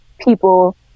people